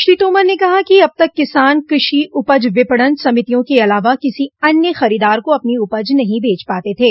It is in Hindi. श्री तोमर ने कहा कि अब तक किसान कृषि उपज विपणन समितियों के अलावा किसी अन्यि खरीदार को अपनी उपज नहीं बेच पाते थे